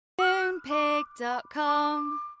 Moonpig.com